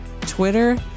Twitter